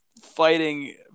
fighting